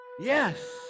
Yes